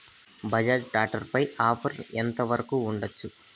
Bajaj tractor పై offer ఎంత వరకు ఉండచ్చు?